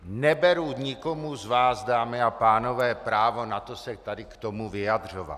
Neberu nikomu z vás, dámy a pánové, právo na to se tady k tomu vyjadřovat.